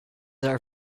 are